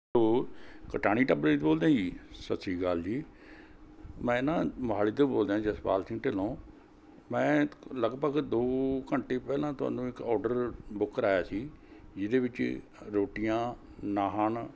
hello Katani ਢਾਬੇ ਤੋਂ ਬੋਲਦੇ ਸਤਿ ਸ਼੍ਰੀ ਅਕਾਲਜੀ ਮੈਂ ਨਾ ਮੋਹਾਲੀ ਤੋਂ ਬੋਲਦਾ ਜਸਪਾਲ ਸਿੰਘ ਢਿੱਲੋ ਮੈਂ ਲਗਭਗ ਦੋ ਘੰਟੇ ਪਹਿਲਾਂ ਤੁਹਾਨੂੰ ਇੱਕ ਔਡਰ ਬੁੱਕ ਕਰਾਇਆ ਸੀ ਜਿਹਦੇ ਵਿੱਚ ਰੋਟੀਆਂ ਨਾਹਨ